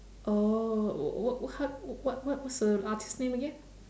oh wh~ what what what was the artiste's name again